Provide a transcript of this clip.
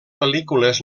pel·lícules